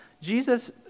Jesus